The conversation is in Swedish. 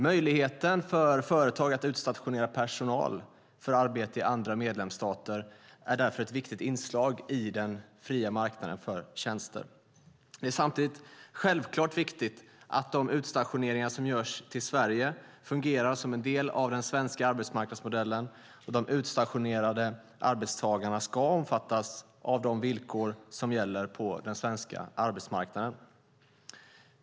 Möjligheten för företag att utstationera personal för arbete i andra medlemsstater är därför ett viktigt inslag i den fria marknaden för tjänster. Samtidigt är det självklart viktigt att de utstationeringar som görs till Sverige fungerar som en del av den svenska arbetsmarknadsmodellen. De utstationerade arbetstagarna ska omfattas av de villkor som gäller på den svenska arbetsmarknaden.